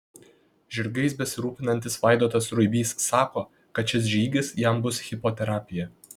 žirgais besirūpinantis vaidotas ruibys sako kad šis žygis jam bus hipoterapija